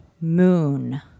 moon